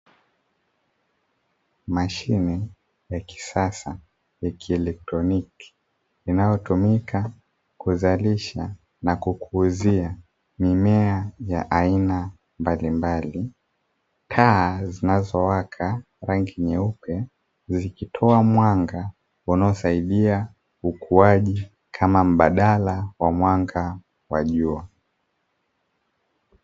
Mashine ya kisasa ya kielektroniki inayotumika kuzalisha na kukuzia mimea ya aina mbalimbali. Taa zinazowaka rangi nyeupe zikitoa mwanga unaosaidia ukuaji kama mbadala wa mwanga wa jua.